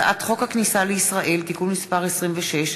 הצעת חוק הכניסה לישראל (תיקון מס' 26)